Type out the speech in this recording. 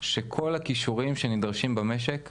שכל הכישורים שנדרשים במשק משתנים.